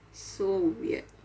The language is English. so weird